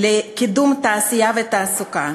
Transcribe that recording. לקידום תעשייה ותעסוקה.